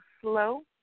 slow